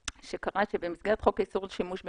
במסגרת חוק האיסור על שימוש במזומן,